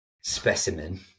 specimen